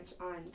on